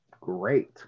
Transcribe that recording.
great